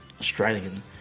Australian